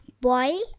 boil